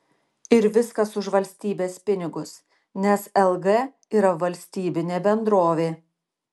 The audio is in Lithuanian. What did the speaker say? ir viskas už valstybės pinigus nes lg yra valstybinė bendrovė